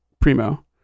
primo